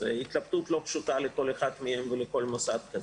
זו התלבטות לא פשוטה לכל אחת מהן ולכל מוסד כזה.